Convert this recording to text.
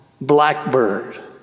Blackbird